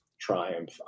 Triumph